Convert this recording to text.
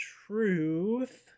truth